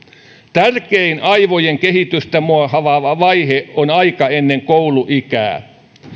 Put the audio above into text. tärkein aivojen kehitystä muovaava vaihe on aika ennen kouluikää